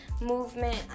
movement